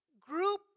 group